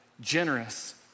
generous